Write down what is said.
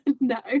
no